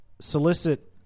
solicit